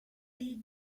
est